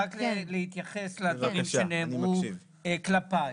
להתייחס לדברים שנאמרו כלפיי.